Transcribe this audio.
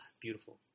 Beautiful